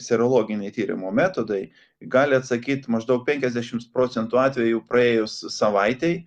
serologiniai tyrimo metodai gali atsakyt maždaug penkiasdešims procentų atvejų praėjus savaitei